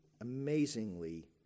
Amazingly